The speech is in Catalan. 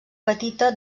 petita